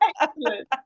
Excellent